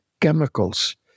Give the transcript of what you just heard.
chemicals